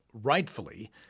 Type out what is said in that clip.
rightfully